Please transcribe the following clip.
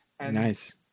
Nice